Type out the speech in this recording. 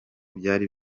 byari